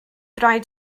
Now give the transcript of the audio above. rhaid